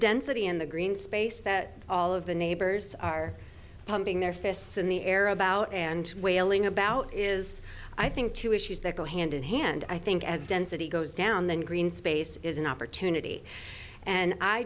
density in the green space that all of the neighbors are pumping their fists in the air about and whaling about is i think two issues that go hand in hand i think as density goes down then green space is an opportunity and i